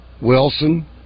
Wilson